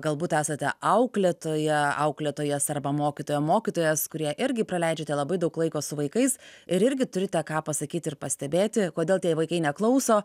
galbūt esate auklėtoja auklėtojas arba mokytoja mokytojas kurie irgi praleidžiate labai daug laiko su vaikais ir irgi turite ką pasakyti ir pastebėti kodėl tei vaikai neklauso